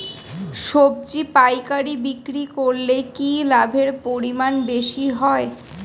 সবজি পাইকারি বিক্রি করলে কি লাভের পরিমাণ বেশি হয়?